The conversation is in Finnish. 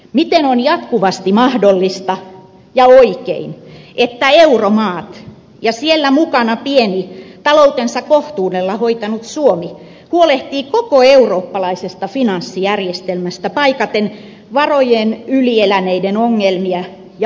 miten on jatkuvasti mahdollista ja oikein että euromaat ja siellä mukana pieni taloutensa kohtuudella hoitanut suomi huolehtivat koko eurooppalaisesta finanssijärjestelmästä paikaten varojen yli eläneiden ongelmia ja varautuen pahimpaan